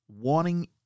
wanting